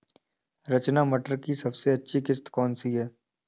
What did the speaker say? रचना मटर की सबसे अच्छी किश्त कौन सी है?